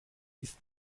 ist